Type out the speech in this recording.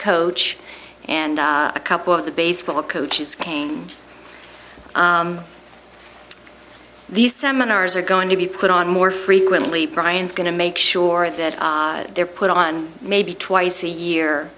coach and a couple of the baseball coaches came these seminars are going to be put on more frequently brian's going to make sure that they're put on maybe twice a year